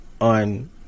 on